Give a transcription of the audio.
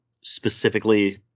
specifically